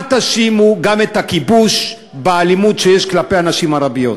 אל תאשימו גם את הכיבוש באלימות שיש כלפי הנשים הערביות.